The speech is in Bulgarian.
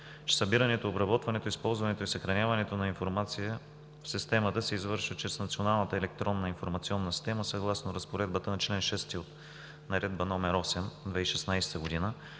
че събирането, обработването и съхраняването на информация в системата се извършва чрез националната електронна информационна система съгласно разпоредбата на чл. 6 от Наредба № 8/2016 г.